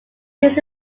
this